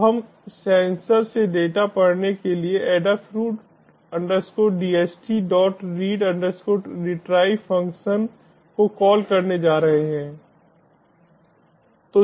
अब हम सेंसर से डेटा पढ़ने के लिए Adafruit DHTread retry फ़ंक्शन को कॉल करने जा रहे हैं